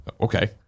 okay